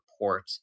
report